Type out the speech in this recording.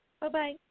Bye-bye